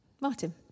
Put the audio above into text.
Martin